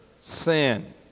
sin